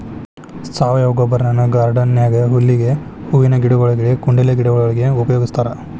ಸಾವಯವ ಗೊಬ್ಬರನ ಗಾರ್ಡನ್ ನ್ಯಾಗ ಹುಲ್ಲಿಗೆ, ಹೂವಿನ ಗಿಡಗೊಳಿಗೆ, ಕುಂಡಲೆ ಗಿಡಗೊಳಿಗೆ ಉಪಯೋಗಸ್ತಾರ